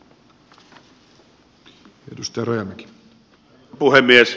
arvoisa puhemies